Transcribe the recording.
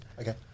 Okay